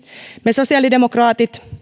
me sosiaalidemokraatit